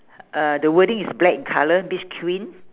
uh the wording is black in colour beach queen